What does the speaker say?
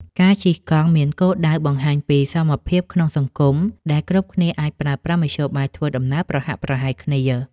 ការជិះកង់មានគោលដៅបង្ហាញពីសមភាពក្នុងសង្គម ដែលគ្រប់គ្នាអាចប្រើប្រាស់មធ្យោបាយធ្វើដំណើរប្រហាក់ប្រហែលគ្នា។